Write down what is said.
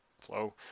Flow